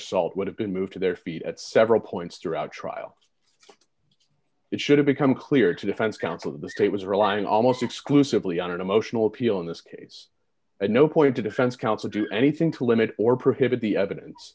salt would have been moved to their feet at several points throughout the trial it should have become clear to defense counsel the state was relying almost exclusively on an emotional appeal in this case and no point to defense counsel do anything to limit or prohibit the evidence